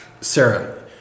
Sarah